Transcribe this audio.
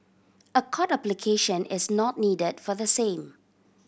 a court application is not needed for the same